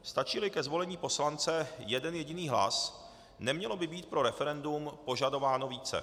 Stačíli ke zvolení poslance jeden jediný hlas, nemělo by být pro referendum požadováno více.